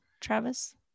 travis